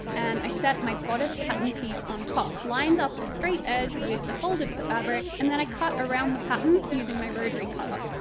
and i set my bodice pattern piece on top, lined up the straight edge with the fold of the fabric, and then cut around the pattern using my rotary cutter.